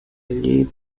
allí